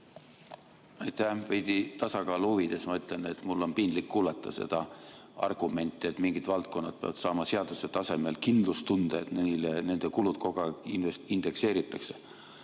Aitäh! Veidi tasakaalu huvides ma ütlen, et mul on piinlik kuulata seda argumenti, et mingid valdkonnad peavad saama seaduse tasemel kindlustunde, et nende kulud kogu aeg indekseeritakse.